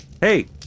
Hey